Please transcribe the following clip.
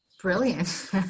Brilliant